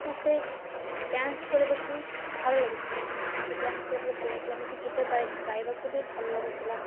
ମୋତେ ଡ୍ୟାନ୍ସ କରିବାକୁ ଭଲ ଲାଗୁଥିଲା ମୋତେ ଡ୍ୟାନ୍ସ କରିବାକୁ ଭଲ ଲାଗୁଥିଲା ମୋତେ ଗୀତ ଗାଇବାକୁ ବି ଭଲ ଲାଗୁଥିଲା